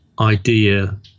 idea